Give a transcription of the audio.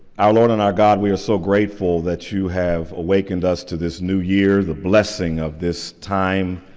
our lord and our god, we are so grateful that you have awakened us to this new year, the blessing of this time.